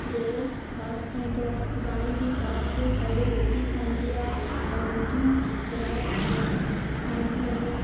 घोड़ो घासि खाईंदो आहे गांइ बि घासि फलु रोटी खाईंदी आहे ऐं मुर्गियूं दाणो खाहिन खाईंदियूं आहिनि